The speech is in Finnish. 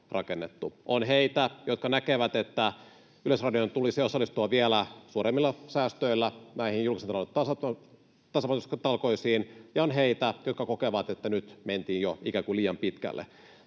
On heitä, jotka näkevät, että Yleisradion tulisi osallistua vielä suuremmilla säästöillä näihin julkisen talouden tasapainotustalkoisiin, ja on heitä, jotka kokevat, että nyt mentiin jo ikään kuin liian pitkälle.